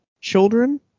children